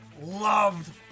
loved